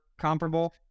comparable